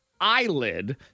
eyelid